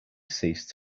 ceased